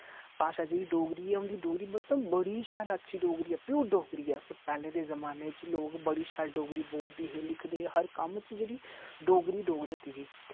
भाशा जेह्ड़ी डोगरी ऐ उंदी डोगरी मतलब बड़ी शैल अच्छी डोगरी ऐ प्योर डोगरी ऐ पैह्ले दे जमान्ने च लोग बड़ी शैल डोगरी बोलदे हे लिखदे हे हर कम्म च जेह्ड़ी डोगरी गै डोगरी होंदी ही